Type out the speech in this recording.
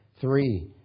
Three